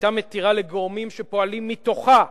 שהיתה מתירה לגורמים שפועלים מתוכה,